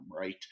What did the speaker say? right